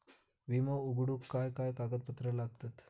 विमो उघडूक काय काय कागदपत्र लागतत?